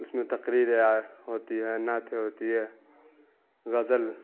اس میں تقریریں اور ہوتی ہیں نعتیں ہوتی ہے غزل